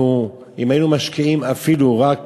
אם היינו משקיעים אפילו רק